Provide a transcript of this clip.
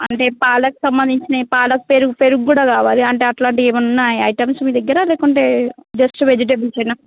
అంటే పాలకి సంబంధించినవి పాలక్ పెరుగు పెరుగు కూడా కావాలి అంటే అలాంటివి ఉన్నాయా ఐటమ్స్ మీ దగ్గర లేకుంటే జస్ట్ వెజిటేబుల్సేనా